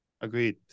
Agreed